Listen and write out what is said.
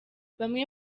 bamwe